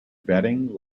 bedding